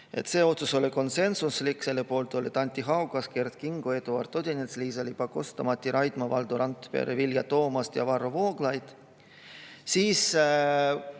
See otsus oli konsensuslik, selle poolt olid Anti Haugas, Kert Kingo, Eduard Odinets, Liisa-Ly Pakosta, Mati Raidma, Valdo Randpere, Vilja Toomast ja Varro Vooglaid.